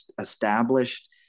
established